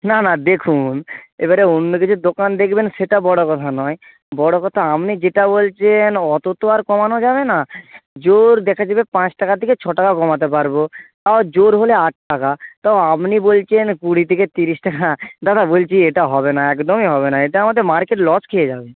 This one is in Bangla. না না দেখুন এবারে অন্য যদি দোকান দেখবেন সেটা বড়ো কথা নয় বড়ো কথা আপনি যেটা বলছেন অত তো আর কমানো যাবে না জোর দেখা যাবে পাঁচ টাকা থেকে ছ টাকা কমাতে পারবো তাও জোর হলে আট টাকা তাও আপনি বলছেন কুড়ি থেকে তিরিশ টাকা দাদা বলছি এটা হবে না একদমই হবে না এটা আমাদের মার্কেট লস খেয়ে যাবে